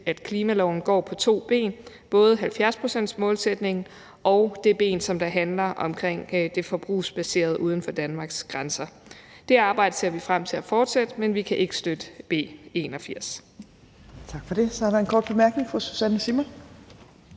at klimaloven går på to ben, altså både 70-procentsmålsætningen og det ben, som handler om det forbrugsbaserede uden for Danmarks grænser. Det arbejde ser vi frem til at fortsætte, men vi kan ikke støtte B 81.